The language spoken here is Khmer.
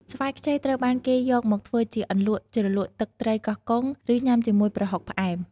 ស្វាយខ្ចីត្រូវបានគេយកមកធ្វើជាអន្លក់ជ្រលក់ទឹកត្រីកោះកុង ឬញ៉ាំជាមួយប្រហុកផ្អែម។